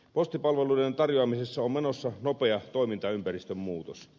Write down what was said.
postipalveluiden tarjoamisessa on menossa nopea toimintaympäristön muutos